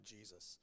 Jesus